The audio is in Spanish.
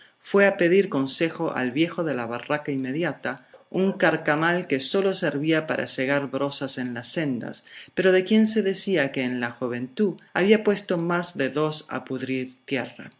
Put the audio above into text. fue a pedir consejo al viejo de la barraca inmediata un carcamal que sólo servía para segar brozas en las sendas pero de quien se decía que en la juventud había puesto más de dos a pudrir tierra